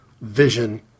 vision